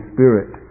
Spirit